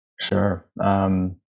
Sure